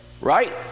right